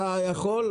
אתה יכול.